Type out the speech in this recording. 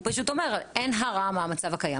הוא פשוט אומר: אין הרעה מהמצב הקיים,